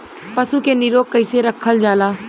पशु के निरोग कईसे रखल जाला?